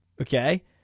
Okay